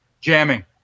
jamming